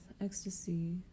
ecstasy